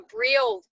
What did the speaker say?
real